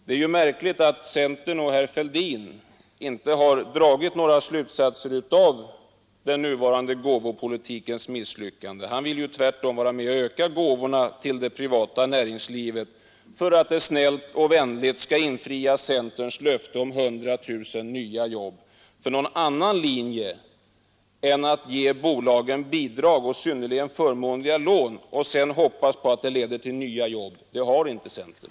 Det är märkligt att centern inte har dragit några slutsatser av den nuvarande gåvopolitikens misslyckande — herr Fälldin vill tvärtom vara med om att öka gåvorna till det privata näringslivet för att detta snällt och vänligt skall infria centerns löfte om 100 000 nya jobb. Någon annan linje att ge bolagen bidrag och synnerligen förmånliga lån och sedan hoppas på att det leder till nya jobb har inte centern.